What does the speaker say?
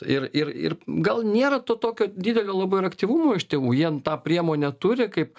ir ir ir gal nėra to tokio didelio labai ir aktyvumo iš tėvų jien tą priemonę turi kaip